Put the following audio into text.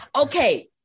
Okay